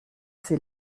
ses